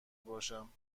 باشم